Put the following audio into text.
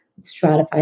stratify